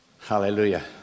Hallelujah